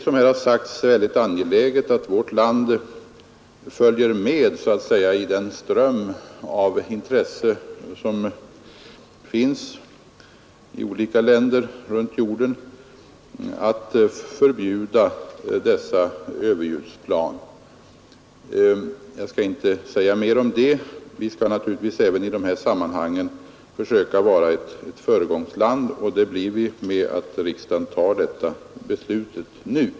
Som redan har sagts här är det angeläget att vårt land följer med i den intresseström som finns olika länder runt jorden för att förbjuda överljudsplan. Jag skall inte säga mer om detta nu. Vi skall naturligtvis försöka se till att Sverige även i det här sammanhanget är ett föregångsland, och det blir vi genom att riksdagen antar detta förslag nu.